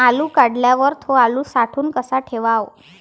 आलू काढल्यावर थो आलू साठवून कसा ठेवाव?